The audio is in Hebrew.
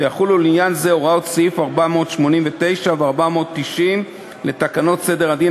ויחולו לעניין זה הוראות סעיף 489 ו-490 לתקנות סדר הדין